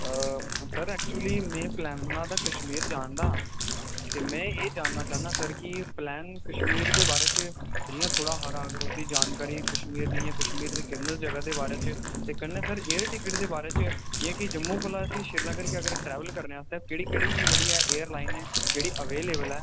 sir actually में plan बना दा हा कश्मीर जान दा ते में एह् जानना सर कि पलैन कश्मीर दे बारे च इ'यां थोह्ड़ा हारा उत्थै जानकारी कश्मीर दियें कश्मीर दी फेमस जगह् दे बारे च कन्नै सर एयर टिकट दे बारे च जि'यां कि जम्मू कोला असें ई अगर श्रीनगर गी अगर ट्रैवल करे आस्तै केह्ड़ी केह्ड़ी जेह्ड़ी एयरलाइन जेह्ड़ी अवेलेबल ऐ